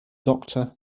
doctor